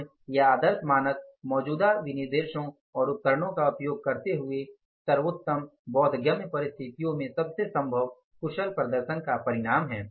पूर्ण या आदर्श मानक मौजूदा विनिर्देशों और उपकरणों का उपयोग करते हुए सर्वोत्तम बोधगम्य परिस्थितियों में सबसे संभव कुशल प्रदर्शन का परिणाम हैं